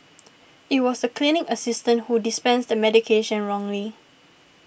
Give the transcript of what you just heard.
it was the clinic assistant who dispensed the medication wrongly